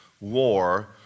war